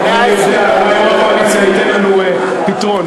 אולי יו"ר הקואליציה ייתן לנו פתרון.